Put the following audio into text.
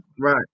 right